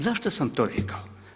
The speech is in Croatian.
Zašto sam to rekao?